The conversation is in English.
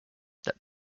that